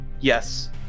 Yes